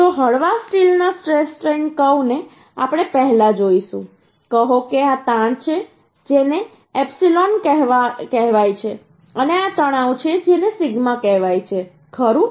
તો હળવા સ્ટીલના સ્ટ્રેસ સ્ટ્રેન કર્વને આપણે પહેલા જોઈશું કહો કે આ તાણ છે જેને એપ્સીલોન કહેવાય છે અને આ તણાવ છે જેને સિગ્મા કહેવાય છે ખરું